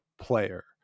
player